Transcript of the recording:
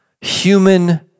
human